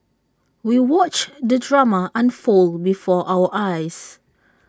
we watched the drama unfold before our eyes